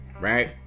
right